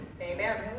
Amen